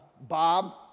bob